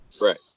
Right